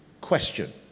Question